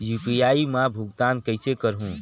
UPI मा भुगतान कइसे करहूं?